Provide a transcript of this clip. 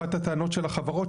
אחת הטענות של החברות,